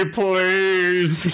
please